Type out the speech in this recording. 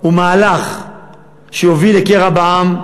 היום הוא מהלך שיוביל לקרע בעם,